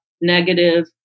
negative